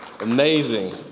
Amazing